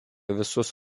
visus